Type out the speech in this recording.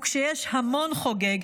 וכשיש המון חוגג,